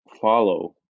follow